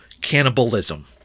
Cannibalism